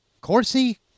Corsi